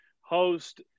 host